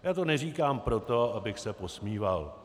Já to neříkám proto, abych se posmíval.